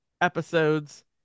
episodes